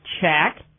Check